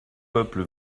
peuple